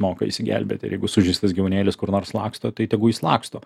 moka išsigelbėti jeigu sužeistas gyvūnėlis kur nors laksto tai tegu jis laksto